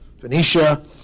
Phoenicia